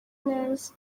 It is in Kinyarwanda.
neza